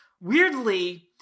weirdly